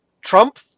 Trump